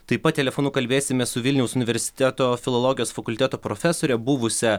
taip pat telefonu kalbėsimės su vilniaus universiteto filologijos fakulteto profesore buvusia